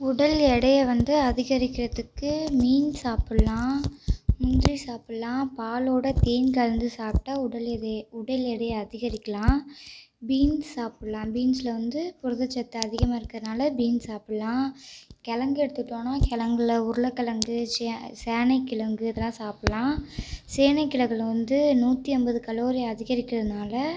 உடல் எடையை வந்து அதிகரிக்கிறதுக்கு மீன் சாப்புடலாம் முந்திரி சாப்புடிலாம் பாலோடு தேன் கலந்து சாப்பிட்டா உடல் எது உடல் எடையை அதிகரிக்கலாம் பீன்ஸ் சாப்புடலாம் பீன்சுல வந்து புரதச்சத்து அதிகமாருக்கிறதுனால பீன்ஸ் சாப்புடிலாம் கெழங்கு எடுத்துட்டோனா கெழங்குள உருளக்கெழங்கு ஷே சேனைகிழங்கு இதெலாம் சாப்புடலாம் சேனைகிழங்குல வந்து நூற்றி ஐம்பது கலோரி அதிகரிக்கிறதுனால